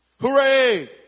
Hooray